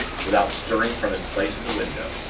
without stirring from his place at the window.